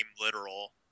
literal